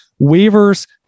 waivers